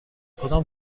کدام